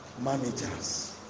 Managers